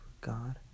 God